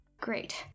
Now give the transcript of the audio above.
Great